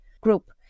Group